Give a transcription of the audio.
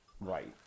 Right